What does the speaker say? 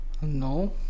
No